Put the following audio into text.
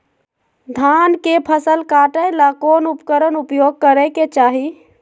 धान के फसल काटे ला कौन उपकरण उपयोग करे के चाही?